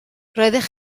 roeddech